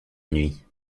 nuit